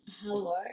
Hello